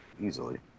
easily